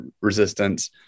resistance